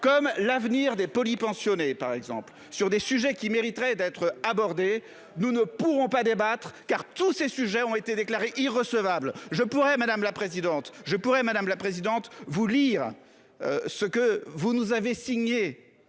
comme l'avenir des polypensionnés par exemple sur des sujets qui mériteraient d'être abordée. Nous ne pourrons pas débattre car tous ces sujets ont été déclarées irrecevables je pourrais madame la présidente, je pourrais madame la